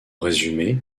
résumé